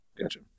Gotcha